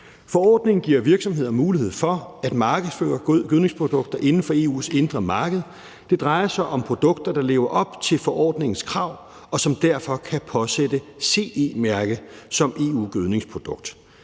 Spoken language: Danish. Forordningen giver virksomheder mulighed for at markedsføre gødningsprodukter inden for EU's indre marked. Det drejer sig om produkter, der lever op til forordningens krav, og som derfor kan påsættes CE-mærke som EU-gødningsprodukt.